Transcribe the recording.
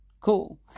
cool